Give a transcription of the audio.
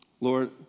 Lord